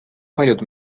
paljud